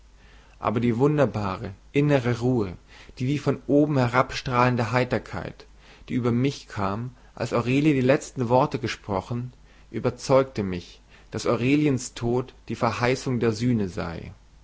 aber die wunderbare innere ruhe die wie von oben herabstrahlende heiterkeit die über mich kam als aurelie die letzten worte gesprochen überzeugte mich daß aureliens tod die verheißung der sühne sei